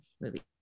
movie